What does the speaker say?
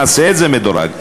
נעשה את זה מדורג.